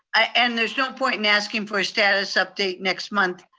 ah and there's no point in asking for a status update next month.